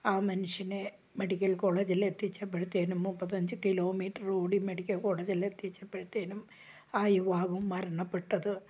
ആ മനുഷ്യനെ മെഡിക്കൽ കോളേജിൽ എത്തിച്ചപ്പോഴത്തേനും മുപ്പത്തഞ്ച് കിലോമീറ്റർ ഓടി മെഡിക്കൽ കോളേജിൽ എത്തിച്ചപ്പോഴത്തേനും ആ യുവാവ് മരണപ്പെട്ടത്